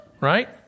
Right